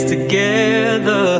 together